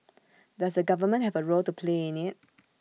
does the government have A role to play in IT